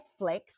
Netflix